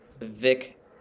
Vic